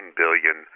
billion